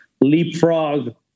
leapfrog